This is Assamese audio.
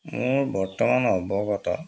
মোৰ বৰ্তমান অৱগত